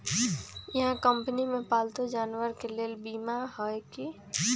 इहा कंपनी में पालतू जानवर के लेल बीमा हए कि?